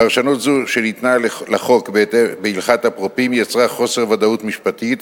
פרשנות זו שניתנה לחוק בהלכת אפרופים יצרה חוסר ודאות משפטית